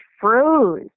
froze